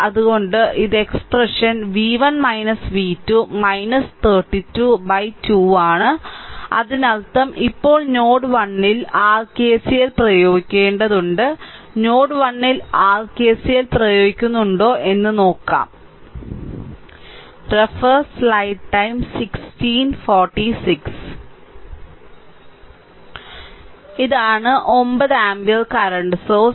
അതിനാൽ ഇത് expression v1 v2 322 ആണ് അതിനർത്ഥം ഇപ്പോൾ നോഡ് 1 ൽ r KCL പ്രയോഗിക്കേണ്ടതുണ്ട് നോഡ് 1 ൽ r കെസിഎൽ പ്രയോഗിക്കുന്നുണ്ടോ എന്ന് നോക്കാം ഇതാണ് 9 ആമ്പിയർ കറന്റ് സോഴ്സ്